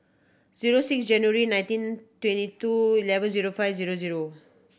zero six January nineteen twenty two eleven zero five zero zero